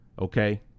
okay